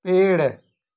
पेड़